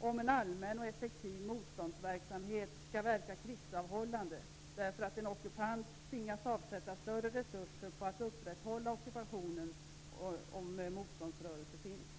om en allmän och effektiv motståndsverksamhet verka krigsavhållande, därför att en ockupant tvingas avsätta större resurser för att upprätthålla ockupationen om en motståndsrörelse finns.